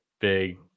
big